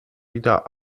wieder